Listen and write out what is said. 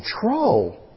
control